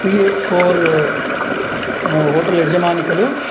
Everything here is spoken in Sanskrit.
पि एफ़् फ़ोर् होटेल् यजमानी खलु